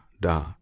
Da